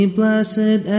blessed